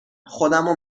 خودمو